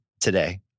today